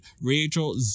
Rachel